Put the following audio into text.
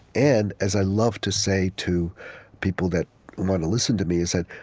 and as i love to say to people that want to listen to me, is that,